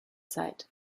zeit